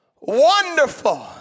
Wonderful